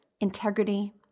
integrity